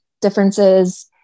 differences